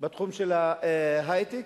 בתחום ההיי-טק,